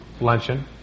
luncheon